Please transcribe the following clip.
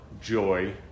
joy